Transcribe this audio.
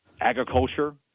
agriculture